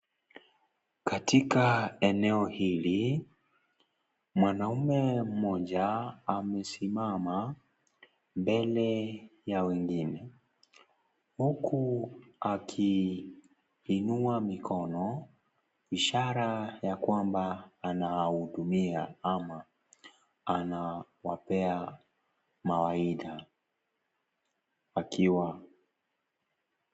Katika eneo hili, mwanaumme mmoja, amesimama, mbale, ya wengine, huku, aki, inua mikono, ishara ya kwamba, anawahudumia, ama, anawapea, mawaidha, wakiwa.